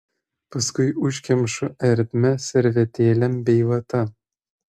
paskui užkemšu ertmę servetėlėm bei vata